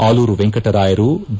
ಆಲೂರು ವೆಂಕಟರಾಯರು ಬಿ